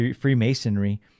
Freemasonry